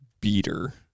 beater